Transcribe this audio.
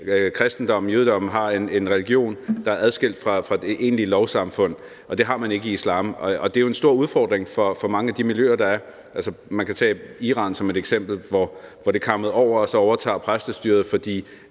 kristendommen og jødedommen har en religion, der er adskilt fra det egentlige lovsamfund, og det har man ikke i islam. Det er jo en stor udfordring for mange af de miljøer, der er. Man kan tage Iran som et eksempel på, at det kammede over, og hvor præstestyret så